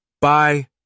Bye